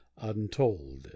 Untold